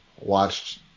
watched